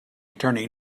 attorney